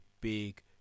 big